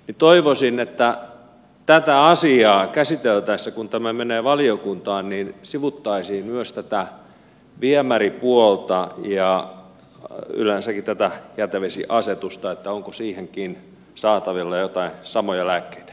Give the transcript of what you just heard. joten toivoisin että tätä asiaa käsiteltäessä kun tämä menee valiokuntaan sivuttaisiin myös tätä viemäripuolta ja yleensäkin tätä jätevesiasetusta onko siihenkin saatavilla joitain samojalle